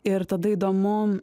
ir tada įdomu